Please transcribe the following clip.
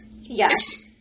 yes